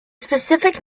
specific